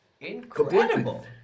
Incredible